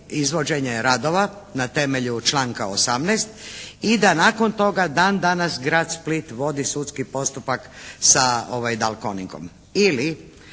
izvođenje radova na temelju članka 18. i da nakon toga dan danas Grad Split vodi sudski postupak sa Dalconingom.